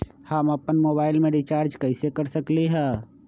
हम अपन मोबाइल में रिचार्ज कैसे कर सकली ह?